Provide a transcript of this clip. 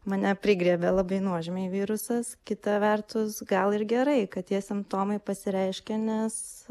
mane prigriebė labai nuožmiai virusas kita vertus gal ir gerai kad tie simptomai pasireiškė nes